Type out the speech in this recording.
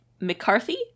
McCarthy